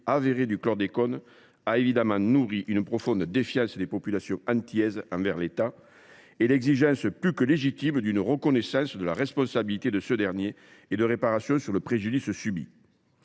avérée de la chlordécone, a évidemment nourri une profonde défiance des populations antillaises envers l’État et l’exigence, plus que légitime, d’une reconnaissance de la responsabilité de ce dernier et de réparations pour le préjudice subi.